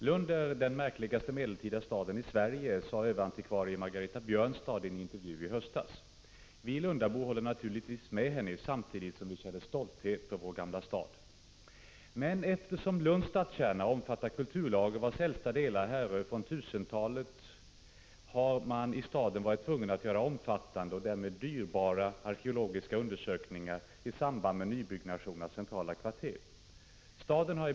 Genom spridning av rötslam från kommunala reningsverk förstörs vår åkerjord, anser många. Det är främst den orimligt höga tillförseln av tungmetaller som successivt ger åkern försämrad kvalitet. Flera enskilda, inte minst jordbrukare, kräver nu att slamspridningen skall stoppas.